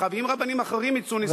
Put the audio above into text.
ואם רבנים אחרים יוצאים נשכרים מכך,